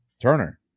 Turner